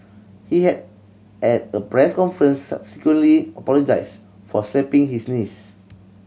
he had at a press conference subsequently apologised for slapping his niece